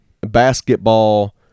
basketball